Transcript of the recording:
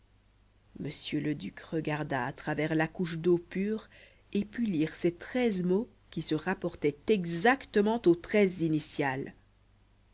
le duc regarda à travers la couche d'eau pure et put lire ces treize mots qui se rapportaient exactement aux treize initiales